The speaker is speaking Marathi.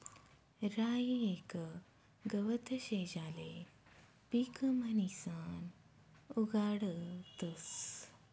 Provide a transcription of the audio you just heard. राई येक गवत शे ज्याले पीक म्हणीसन उगाडतस